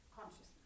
consciousness